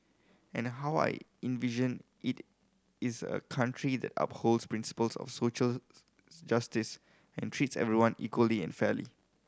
and how I envision it is a country that upholds principles of social justice and treats everyone equally and fairly